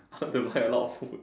I want to buy a lot of food